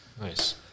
Nice